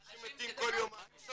אנשים מתים כל יומיים.